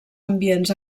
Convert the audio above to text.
ambients